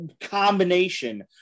combination